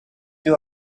two